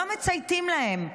לא מצייתים להם.